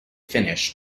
finish